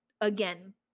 again